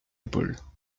épaules